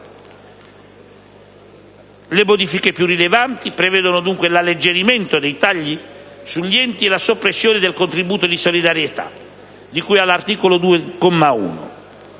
Le modifiche più rilevanti prevedono dunque l'alleggerimento dei tagli sugli enti e la soppressione del contributo di solidarietà di cui all'articolo 2,